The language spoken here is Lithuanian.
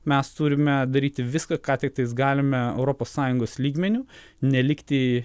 mes turime daryti viską ką tiktais galime europos sąjungos lygmeniu nelikti